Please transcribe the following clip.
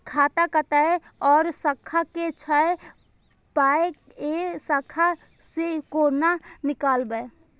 खाता कतौ और शाखा के छै पाय ऐ शाखा से कोना नीकालबै?